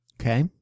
Okay